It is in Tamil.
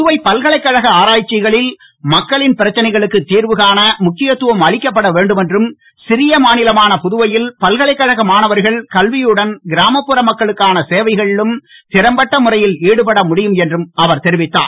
புதுவை பல்கலைக்கழக ஆராய்ச்சிகளில் மக்களின் பிரச்சனைகளுக்கு திர்வுகாண முக்கியத்துவம் அளிக்கப்பட வேண்டும் என்றும் சிறிய மாநிலமான புதுவையில் பல்கலைக் கழக மாணவர்கள் கல்வியுடன் கிராமப்புற மக்களுக்கான சேவைகளிலும் திறம்பட்ட முறையில் ஈடுபட முடியும் என்றும் அவர் தெரிவித்தார்